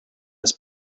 his